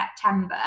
September